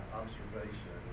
observation